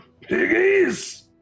piggies